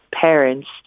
parents